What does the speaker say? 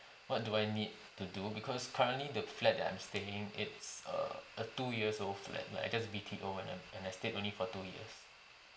what do I need to do because currently the flat that I'm staying it's err a two years old flat uh it just B_T_O when I'm and I stayed only for two years